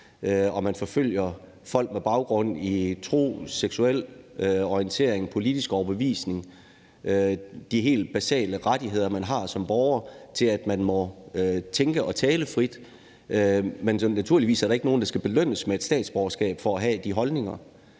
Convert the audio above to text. og man forfølger folk på baggrund af tro, seksuel orientering, politisk overbevisning, de helt basale rettigheder, man har som borger, til at man må tænke og tale frit. Men naturligvis er der ikke nogen, der skal belønnes med et statsborgerskab for at have de holdninger.